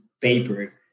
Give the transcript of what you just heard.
paper